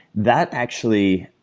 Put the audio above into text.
that actually